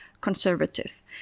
conservative